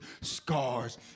scars